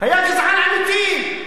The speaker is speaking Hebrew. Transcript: היה גזען אמיתי,